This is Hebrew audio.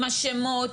עם השמות,